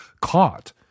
caught